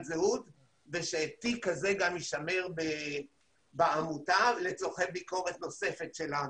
זהות ושתיק כזה גם יישמר בעמותה לצורכי ביקורת נוספת שלנו.